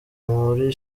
muri